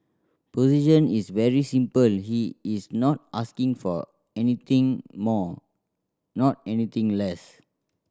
position is very simple he is not asking for anything more not anything less